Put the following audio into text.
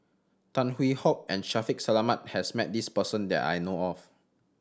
Tan Hwee Hock and Shaffiq Selamat has met this person that I know of